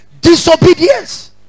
Disobedience